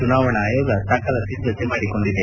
ಚುನಾವಣಾ ಆಯೋಗ ಸಕಲ ಸಿದ್ದತೆ ಮಾಡಿಕೊಂಡಿದೆ